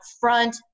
front